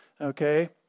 okay